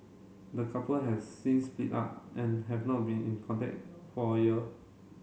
the couple have since split up and have not been in contact for a year